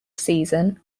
season